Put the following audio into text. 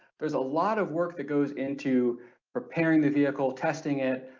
there's a lot of work that goes into preparing the vehicle, testing it,